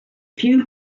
few